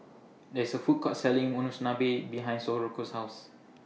There IS A Food Court Selling Monsunabe behind Socorro's House